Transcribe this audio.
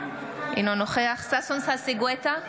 אינו נוכח ששון ששי גואטה,